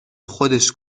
خودش